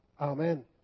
Amen